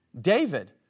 David